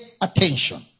attention